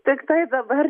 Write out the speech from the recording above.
tiktai dabar ties